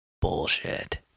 Bullshit